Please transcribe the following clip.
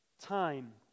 Time